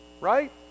right